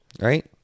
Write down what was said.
right